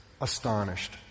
astonished